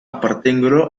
appartengono